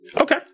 Okay